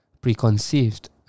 preconceived